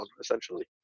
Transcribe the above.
essentially